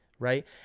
right